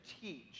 teach